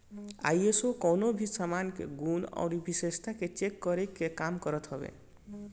ISO कवनो भी सामान के गुण अउरी विशेषता के चेक करे के काम करत हवे